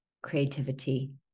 creativity